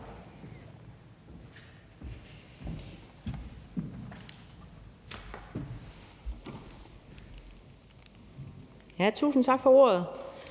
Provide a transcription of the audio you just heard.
land. Tak for ordet.